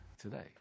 Today